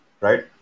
Right